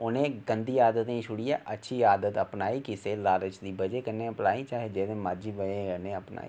उनें गंदी आदतें गी छोड़ियै अच्छी आदत अपनाई किसे लालच दी बजह कन्नै चलो लाई चाहे जेहदी मर्जी बजह कन्न्नै अपनाई